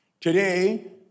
Today